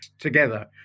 together